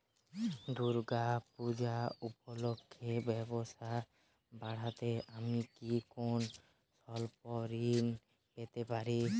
দূর্গা পূজা উপলক্ষে ব্যবসা বাড়াতে আমি কি কোনো স্বল্প ঋণ পেতে পারি?